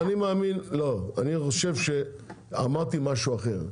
רגע, אני חושב שאמרתי משהו אחר,